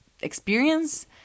experience